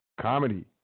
Comedy